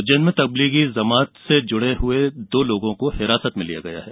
उज्जैन में तब्लीगी जमात से जुड़े हुए दो लोगों को हिरासत में लिया गया है